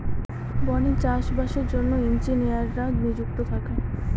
বনে চাষ বাসের জন্য ইঞ্জিনিয়াররা নিযুক্ত থাকে